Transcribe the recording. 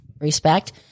respect